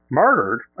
murdered